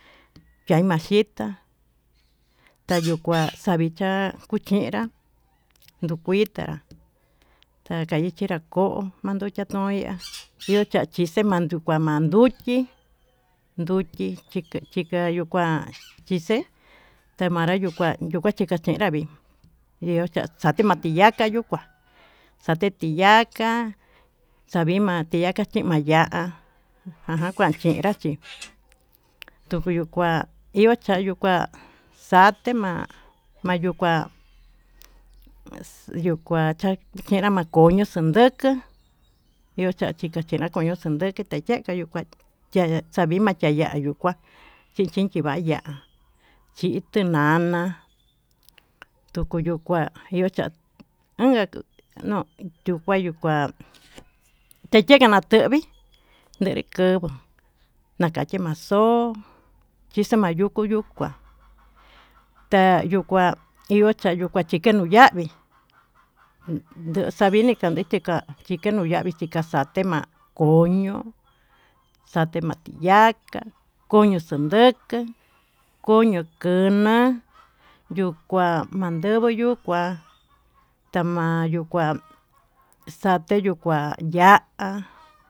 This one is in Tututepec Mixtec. Tamaxita tayukua chamixa'a kuchenrá nduu kuitanrá, nakaichenra ko'o nakandochia yi'ó matixi kendukia manduu kii nduki chikayu kuá yixe tamanru yuu kua chikanchenrá vii yoxhi makiyaka yo'ó, kua xate tiyaká xavima tiyaka xima'a ya'á ajan kuan chenrá chí tuu iho kuá iho chayuu kuá xate'e ma'a nde yuu kuá cha ñenra makoñió xandeko yuchikua kande mankenrá xañuko tayaka yo'ó kuá xaviná chayayuu kuá, chi chinki va'a ya'á chitinana tuyu yuu kuá yió cha inka tu no'ó yukua yuu kua teyeka nakoví, ndekovuu makachi na'a xo'ó chixii mayuku yuu kuá ta'a yuu kua iho tayuku maxuu xavii nduu xavine kandeke chikaxa'a kchiki no'o yavii kaxa'a tema'a ko'ó koño xatema tiyaka koña xandeke koño yuu na'a yuu kua mandovo yuu kuá tamayú kuaxate yuu kuá ya'á.